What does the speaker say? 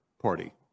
Party